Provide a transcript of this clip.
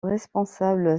responsable